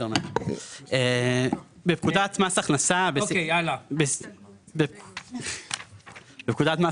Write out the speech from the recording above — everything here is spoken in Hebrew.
תיקון פקודת מס הכנסה 2. בפקודת מס